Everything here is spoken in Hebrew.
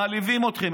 מעליבים אתכם,